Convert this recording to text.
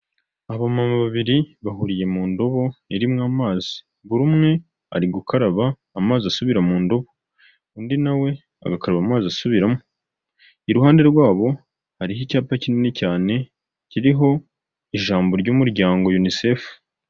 Abamama babiri bahuriye mu ndobo irimo amazi, buri umwe ari gukaraba amazi asubira mu ndobo, undi na we agakaraba amazi asubiramo, iruhande rwabo hariho icyapa kinini cyane, kiriho ijambo ry'umuryango Unicefu.